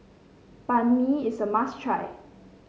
Banh Mi is a must try